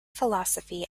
philosophy